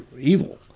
evil